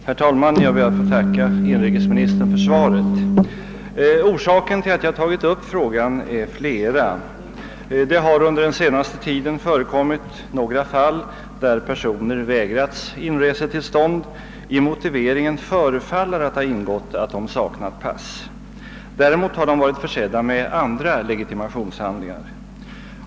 Herr talman! Jag ber att få tacka inrikesministern för svaret. Orsakerna till att jag tagit upp frågan är flera. Det har under den senaste tiden förekommit några fall där personer vägrats inresetillstånd. I motiveringen förefaller att ha ingått att de saknat pass. Däremot har de varit försedda med andra legitimationshandlingar.